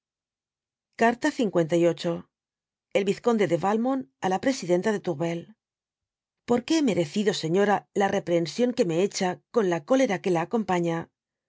carta lviii bl fizconde de valmoru á la presidenta de tourtl porque hé merecido señora la reprehensión que me hecha con la cólera que la acompaña